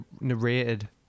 narrated